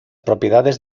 propiedades